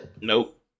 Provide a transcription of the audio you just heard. Nope